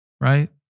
right